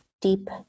deep